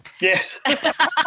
Yes